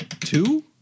Two